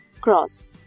cross